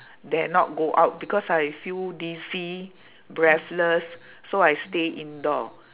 dare not go out because I feel dizzy breathless so I stay indoor